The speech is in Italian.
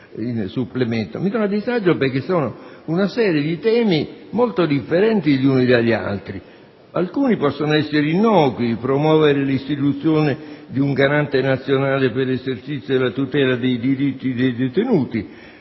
Mi trovo a disagio, perché si tratta di una serie di temi molto differenti gli uni dagli altri. Alcuni possono essere innocui: ad esempio «promuovere l'istituzione di un Garante nazionale per l'esercizio e la tutela dei diritti dei detenuti»;